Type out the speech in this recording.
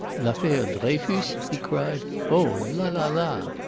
l'affaire dreyfus? he cried. oh la, la, la!